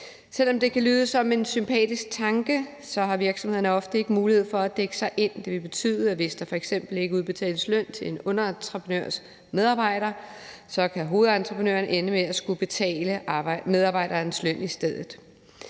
Selv om det kan lyde som en sympatisk tanke, har virksomhederne ofte ikke mulighed for at dække sig ind. Det vil betyde, at hvis der f.eks. ikke udbetales løn til en underentreprenørs medarbejder, kan hovedentreprenøren ende med at skulle betale medarbejderens løn i stedet.